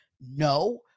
No